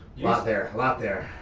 lot there, a lot there.